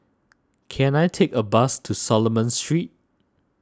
can I take a bus to Solomon Street